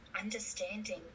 understanding